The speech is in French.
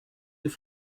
deux